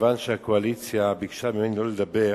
מכיוון שהקואליציה ביקשה ממני לא לדבר.